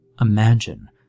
imagine